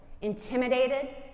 intimidated